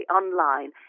online